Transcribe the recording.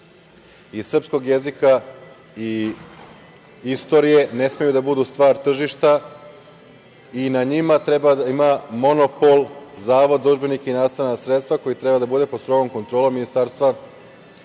iz srpskog jezika i istorije ne smeju da budu stvar tržišta i na njima treba da ima monopol Zavod za udžbenike i nastavna sredstva, koji treba da bude pod strogom kontrolom Ministarstva